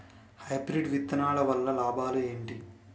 Hybrid విత్తనాలు వల్ల లాభాలు ఏంటి?